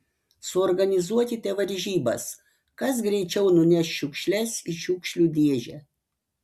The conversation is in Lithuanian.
suorganizuokite varžybas kas greičiau nuneš šiukšles į šiukšlių dėžę